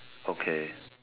okay